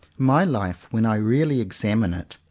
my life, when i really examine it,